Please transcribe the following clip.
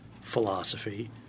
philosophy